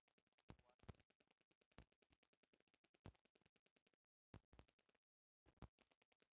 working capital की मदद से कवनो व्यापार के ठीक ढंग से चलावल जाला